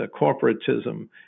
corporatism